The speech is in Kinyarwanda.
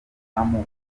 rutahizamu